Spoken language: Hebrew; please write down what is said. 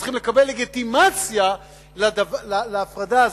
צריכים לקבל לגיטימציה להפרדה הזאת.